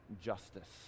justice